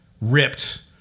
ripped